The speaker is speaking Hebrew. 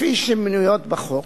כפי שמנויות בחוק.